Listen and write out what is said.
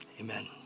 Amen